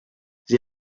sie